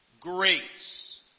Grace